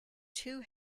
two